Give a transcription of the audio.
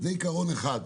זה עיקרון אחד.